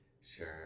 Sure